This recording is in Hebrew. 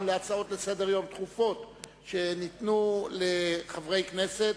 להצעות דחופות לסדר-היום שניתנו לחברי הכנסת,